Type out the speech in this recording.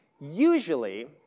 Usually